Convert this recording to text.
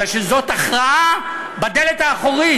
בגלל שזאת הכרעה בדלת האחורית,